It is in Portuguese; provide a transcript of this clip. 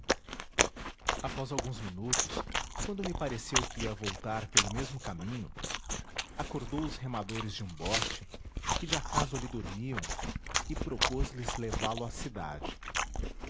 após alguns minutos quando me pareceu que ia voltar pelo mesmo caminho acordou os remadores de um bote que de acaso ali dormiam e propôs lhes levá-lo à cidade